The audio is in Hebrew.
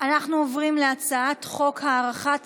עוברים להצעת חוק הארכת